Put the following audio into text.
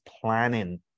planning